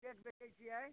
की rate बेचैत छियै